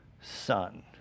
son